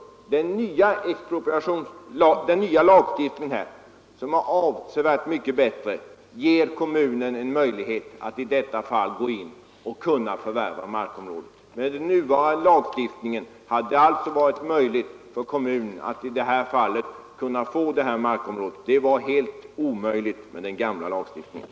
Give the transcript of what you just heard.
Den nuvarande lagstiftningen, som är avsevärt mycket bättre, skulle ha givit en verklig möjlighet att förvärva detta markområde. Det var helt omöjligt med den gamla lagstiftningen.